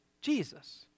Jesus